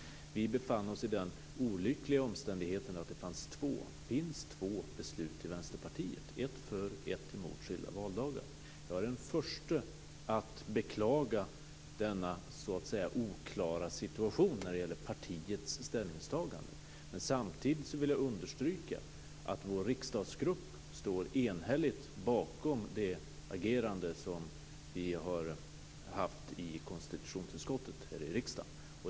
Vi befinner oss i den olyckliga omständigheten att det finns två beslut i Vänsterpartiet - ett för och ett emot skilda valdagar. Jag är den förste att beklaga denna oklara situation när det gäller partiets ställningstagande. Samtidigt vill jag understryka att vår riksdagsgrupp står enhälligt bakom det agerande som vi har haft i konstitutionsutskottet eller i riksdagen.